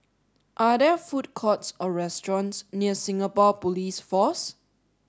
are there food courts or restaurants near Singapore Police Force